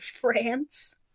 France